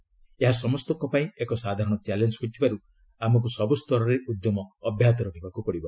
ସେ କହିଛନ୍ତି ଏହା ସମସ୍ତଙ୍କ ପାଇଁ ଏକ ସାଧାରଣ ଚ୍ୟାଲେଞ୍ଜ ହୋଇପଡିଥିବାରୁ ଆମକୁ ସବୁ ସ୍ତରରେ ଉଦ୍ୟମ ଅବ୍ୟାହତ ରଖିବାକୁ ପଡିବ